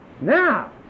Now